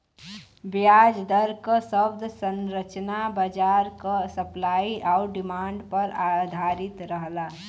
ब्याज दर क शब्द संरचना बाजार क सप्लाई आउर डिमांड पर आधारित रहला